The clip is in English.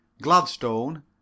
Gladstone